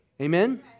amen